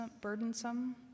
burdensome